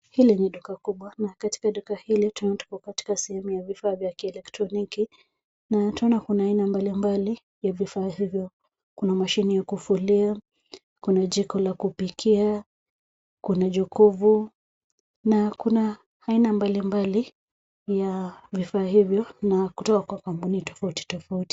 Hili ni duka kubwa, na katika duka hili tunaona tupo katika sehemu ya vifaa vya kieletroniki na twaona kuna aina mbalimbali ya vifaa ivyo. Kuna mashini ya kufulia, kuna jiko la kupikia, kuna jokovu na kuna aina mbalimbali ya vifaa hivyo na kutoka kwa kampuni tofauti tofauti.